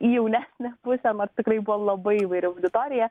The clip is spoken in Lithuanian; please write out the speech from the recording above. į jaunesnę pusę mat tikrai buvo labai įvairi auditorija